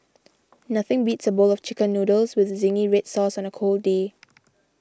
nothing beats a bowl of Chicken Noodles with Zingy Red Sauce on a cold day